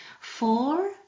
four